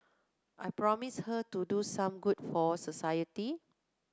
I promise her to do some good for society